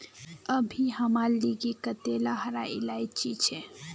अभी हमार लिगी कतेला हरा इलायची छे